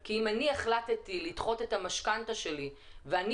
כי אם אני החלטתי לדחות את המשכנתא שלי ואני